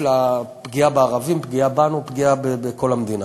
פגיעה בערבים, פגיעה בנו, פגיעה בכל המדינה.